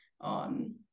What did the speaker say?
on